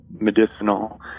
medicinal